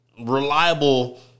reliable